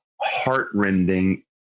heartrending